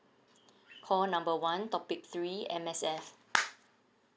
call number one topic three M_S_F